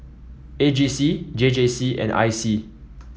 A G C J J C and I C